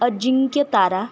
Ajinkyatara